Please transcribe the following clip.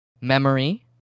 memory